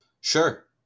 Sure